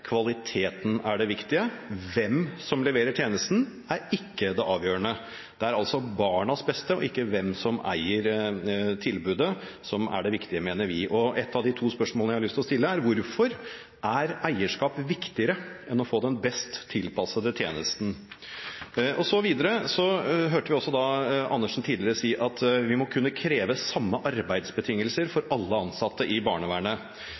kvaliteten er det viktige. Hvem som leverer tjenesten er ikke det avgjørende. Vi mener altså at det er barnas beste, og ikke hvem som eier tilbudet, som er det viktige. Ett av de to spørsmålene jeg har lyst til å stille, er: Hvorfor er eierskap viktige enn å få den best tilpassede tjenesten? Vi hørte også Andersen tidligere si at vi må kunne kreve samme arbeidsbetingelser for alle ansatte i barnevernet.